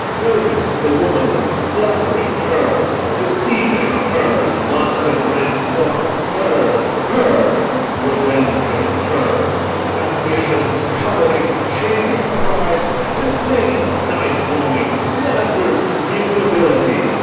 note it, the woman's flattering, hers deceiving, hers lust and rank thoughts, hers, hers revenges, hers ambitions, covetings, change of prides, disdain, nice longing, slanders, mutability,